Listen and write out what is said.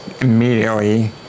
immediately